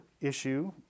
issue